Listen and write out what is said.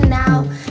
now